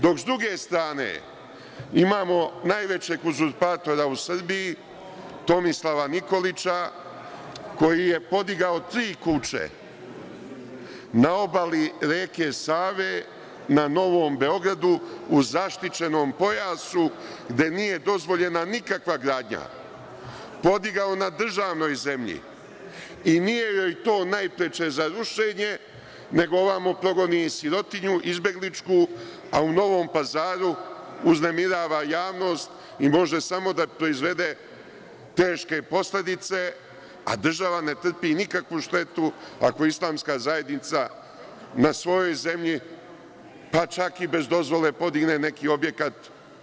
Dok sa druge strane imamo najvećeg uzurpatora u Srbiji, Tomislava Nikolića, koji je podigao tri kuće na obali reke Save na Novom Beogradu, u zaštićenom pojasu gde nije dozvoljena nikakva gradnja, podigao na državnoj zemlji i nije joj to najpreče za rušenje, nego ovamo progoni sirotinju izbegličku, a u Novom Pazaru uznemirava javnost i može samo da proizvede teške posledice, a država ne trpi nikakvu štetu ako Islamska zajednica na svojoj zemlji, čak i bez dozvole podigne neki objekat.